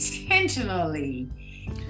intentionally